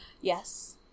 Yes